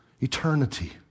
Eternity